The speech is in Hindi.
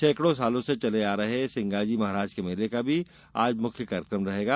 सैंकड़ों सालों से चले आ रहे सिंगाजी महाराज के मेले का भी आज मुख्य कार्यकम रहेगा